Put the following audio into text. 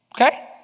okay